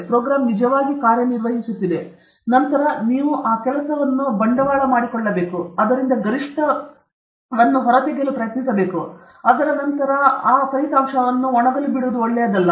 program ನಿಜವಾಗಿ ಕಾರ್ಯನಿರ್ವಹಿಸುತ್ತಿದೆ ನಂತರ ನೀವು ಅದರ ಮೇಲೆ ಬಂಡವಾಳವನ್ನು ಪಡೆದುಕೊಳ್ಳಬೇಕು ಮತ್ತು ಗರಿಷ್ಠವನ್ನು ಹೊರತೆಗೆಯಲು ಪ್ರಯತ್ನಿಸಬೇಕು ಮತ್ತು ಅದರ ನಂತರ ಮತ್ತೆ ಅದನ್ನು ಒಣಗಿಸುವುದರಿಂದ ಒಳ್ಳೆಯದು ಅಲ್ಲ